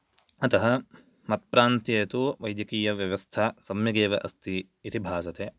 अत मत्प्रान्त्ये तु वैद्यकीयव्यवस्था सम्यगेव अस्ति इति भासते